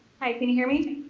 hi can you hear me?